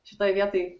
šitoj vietoj